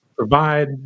Provide